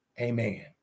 Amen